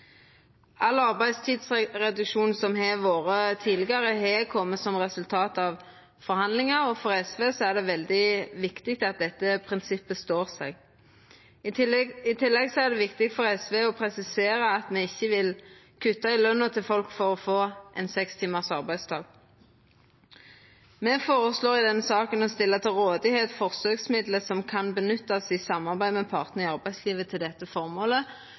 arbeidstidsreduksjon som har vore tidlegare, har kome som resultat av forhandlingar, og for SV er det veldig viktig at dette prinsippet står seg. I tillegg er det viktig for SV å presisera at me ikkje vil kutta i løna til folk for å få ein sekstimars arbeidsdag. Me føreslår i denne saka å stilla til rådigheit forsøksmidlar som kan nyttast i samarbeid med partane i arbeidslivet til dette